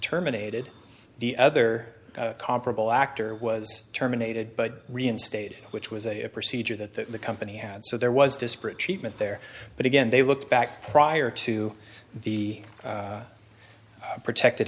terminated the other comparable actor was terminated but reinstated which was a procedure that the company had so there was disparate treatment there but again they looked back prior to the protected